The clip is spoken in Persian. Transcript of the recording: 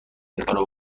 اینکارا